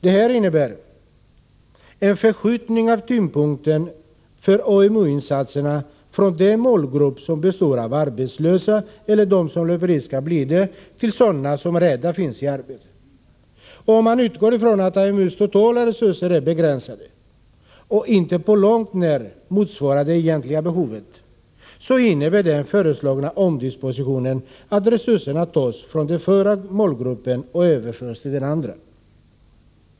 Detta innebär en förskjutning av tyngdpunkten för AMU-insatserna från der målgrupp som består av arbetslösa eller dem som löper risk att bli 125 arbetslösa till sådana som redan finns i arbete. Om man utgår från att AMU:s totala resurser är begränsade och inte på långt när motsvarar det egentliga behovet, innebär den föreslagna omdispositionen att resurser tas från den förra målgruppen och överförs till den senare.